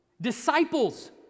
disciples